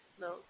No